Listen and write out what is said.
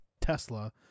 Tesla